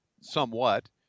somewhat